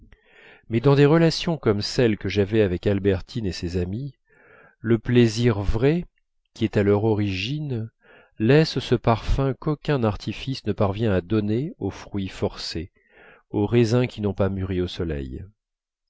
mais dans des relations comme celles que j'avais avec albertine et ses amies le plaisir vrai qui est à leur origine laisse ce parfum qu'aucun artifice ne parvient à donner aux fruits forcés aux raisins qui n'ont pas mûri au soleil